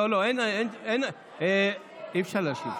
אי-אפשר להשיב.